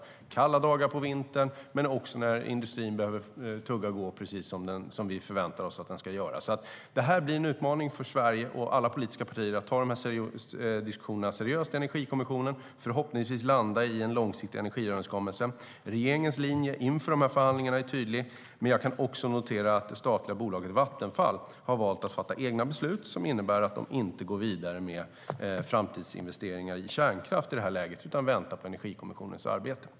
Det handlar om kalla dagar på vintern, men också om att industrin behöver tugga och gå precis som vi förväntar oss att den ska göra. Det blir en utmaning för Sverige och alla politiska partier att ta de här diskussionerna seriöst i Energikommissionen och förhoppningsvis landa i en långsiktig energiöverenskommelse. Regeringens linje inför förhandlingarna är tydlig. Jag kan också notera att det statliga bolaget Vattenfall har valt att fatta egna beslut som innebär att de inte går vidare med framtidsinvesteringar i kärnkraft i det här läget utan väntar på Energikommissionens arbete.